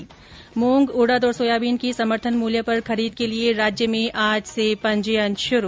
् मूंग उड़द और सोयाबीन की समर्थन मूल्य पर खरीद के लिए राज्य में आज से पंजीयन शुरू